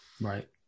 right